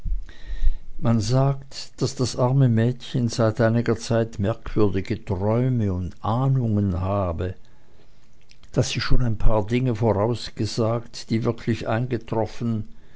man sagt daß das arme mädchen seit einiger zeit merkwürdige träume und ahnungen habe daß sie schon ein paar dinge vorausgesagt die wirklich eingetroffen